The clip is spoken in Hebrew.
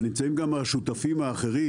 אבל נמצאים גם השותפים האחרים,